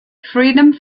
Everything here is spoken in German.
freedom